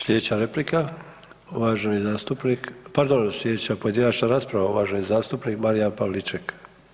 Slijedeća replika uvaženi zastupnik, pardon, slijedeća pojedinačna rasprava uvaženi zastupnik Marijan Pavliček.